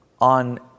on